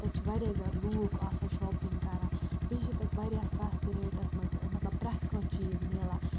تَتہِ چھِ واریاہ زیادٕ لوٗکھ آسان شاپِنٛگ کَران بیٚیہِ چھِ تَتہِ واریاہ سَستہٕ ریٹَس منٛز مطلب پرٛٮ۪تھ کانٛہہ چیٖز ملان